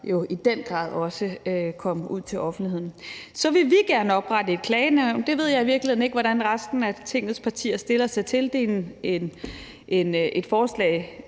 jo i den grad også komme ud til offentligheden. Så vil vi gerne oprette et klagenævn. Det ved jeg i virkeligheden ikke hvordan resten af Tingets partier stiller sig til. Det er et forslag,